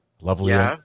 lovely